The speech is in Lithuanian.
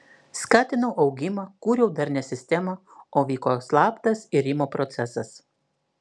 skatinau augimą kūriau darnią sistemą o vyko slaptas irimo procesas